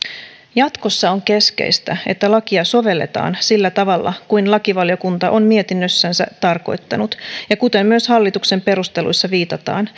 jatkossa on keskeistä että lakia sovelletaan sillä tavalla kuin lakivaliokunta on mietinnössänsä tarkoittanut ja kuten myös hallituksen perusteluissa viitataan